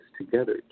together